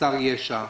חסר ישע,